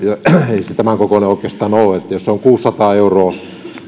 ei se tämän kokoinen oikeastaan ole että jos tämä korvaus on kuusisataa euroa